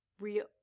real